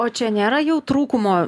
o čia nėra jau trūkumo